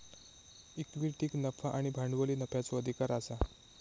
इक्विटीक नफा आणि भांडवली नफ्याचो अधिकार आसा